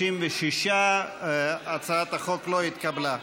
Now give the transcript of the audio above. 36. הצעת החוק לא התקבלה.